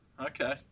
okay